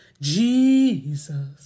Jesus